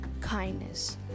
kindness